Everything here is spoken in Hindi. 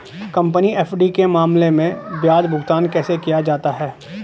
कंपनी एफ.डी के मामले में ब्याज भुगतान कैसे किया जाता है?